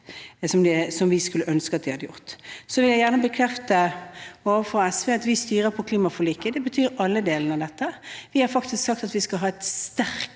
som vi skulle ønske at de hadde gjort. Så vil jeg gjerne bekrefte overfor SV at vi styrer etter klimaforliket, og det betyr alle delene av dette. Vi har faktisk sagt at vi skal ha en sterkere